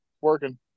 Working